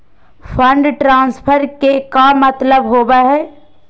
Fund transfer के का मतलब होव हई?